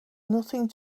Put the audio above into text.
nothing